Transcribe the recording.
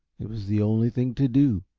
it was the only thing to do.